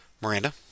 Miranda